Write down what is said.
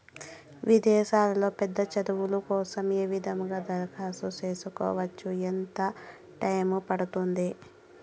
విదేశాల్లో పెద్ద చదువు కోసం ఏ విధంగా దరఖాస్తు సేసుకోవచ్చు? ఎంత టైము పడుతుంది?